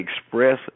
express